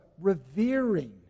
revering